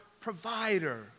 provider